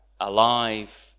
alive